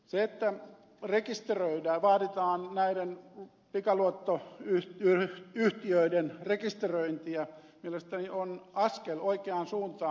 se että rekisteröidään vaaditaan näiden pikaluottoyhtiöiden rekisteröintiä on mielestäni askel oikeaan suuntaan